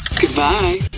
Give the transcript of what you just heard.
Goodbye